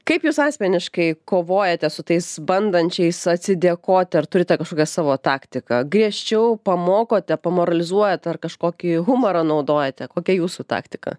kaip jūs asmeniškai kovojate su tais bandančiais atsidėkoti ar turite kažkokią savo taktiką griežčiau pamokote pamoralizuojat ar kažkokį humorą naudojate kokia jūsų taktika